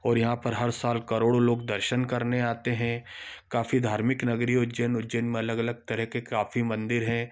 और यहाँ पर हर साल करोड़ों लोग दर्शन करने आते हैं काफ़ी धार्मिक नगरी उज्जैन उज्जैन में अलग अलग तरह के काफी मंदिर हैं